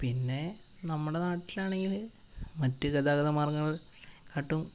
പിന്നെ നമ്മുടെ നാട്ടിലാണെങ്കിൽ മറ്റു ഗതാഗത മാർഗങ്ങളെക്കാളും